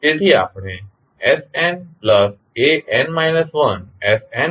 તેથી આપણે snan 1sn 1